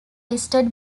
listed